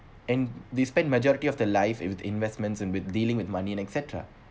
and despite majority of their life is investments and with dealing with money et cetera